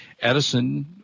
Edison